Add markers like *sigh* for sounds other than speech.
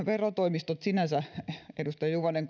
*unintelligible* verotoimistot sinänsä edustaja juvonen *unintelligible*